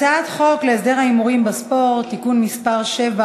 הצעת חוק להסדר ההימורים בספורט (תיקון מס' 7,